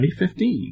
2015